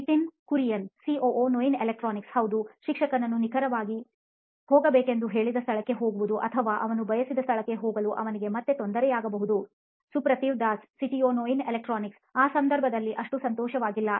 Nitin Kurian COO ನೋಯಿನ್ electronics ಹೌದು ಶಿಕ್ಷಕನನ್ನು ನಿಖರವಾಗಿ ಹೋಗಬೇಕೆಂದು ಕೇಳಿದ ಸ್ಥಳಕ್ಕೆ ಹೋಗುವುದು ಅಥವಾ ಅವನು ಬಯಸಿದ ಸ್ಥಳಕ್ಕೆ ಹೋಗಲು ಅವನಿಗೆ ಮತ್ತೆ ತೊಂದರೆಯಾಗಬಹುದು ಸುಪ್ರತಿವ್ ದಾಸ್ ಸಿಟಿಒ ನೋಯಿನ್ ಎಲೆಕ್ಟ್ರಾನಿಕ್ಸ್ಆ ಸಂದರ್ಭದಲ್ಲಿ ಅಷ್ಟು ಸಂತೋಷವಾಗಿಲ್ಲ